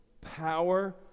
power